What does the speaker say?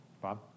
Bob